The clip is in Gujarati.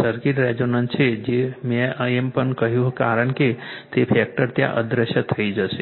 સર્કિટ રેઝોનન્ટ છે જે મેં એમ પણ કહ્યું કારણ કે તે ફેક્ટર ત્યાં અદૃશ્ય થઈ જશે